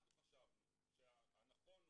אנחנו חשבנו שהנכון הוא,